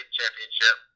championship